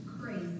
Crazy